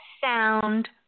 sound